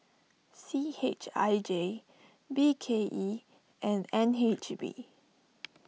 C H I J B K E and N H B